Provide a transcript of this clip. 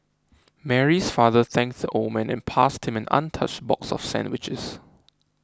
Mary's father thanked the old man and passed him an untouched box of sandwiches